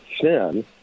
sin